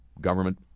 government